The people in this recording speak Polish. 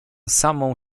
samą